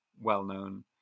well-known